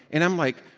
and i'm like,